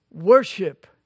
worship